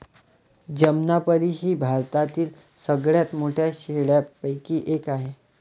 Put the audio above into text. जमनापरी ही भारतातील सगळ्यात मोठ्या शेळ्यांपैकी एक आहे